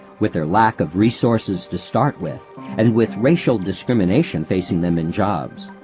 with their lack of resources to start with and with racial discrimination facing them in jobs.